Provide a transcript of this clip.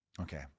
Okay